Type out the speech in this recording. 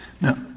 Now